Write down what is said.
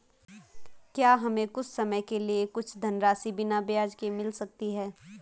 क्या हमें कुछ समय के लिए कुछ धनराशि बिना ब्याज के मिल सकती है?